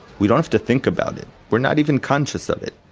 we don't have to think about it. we're not even conscious of it.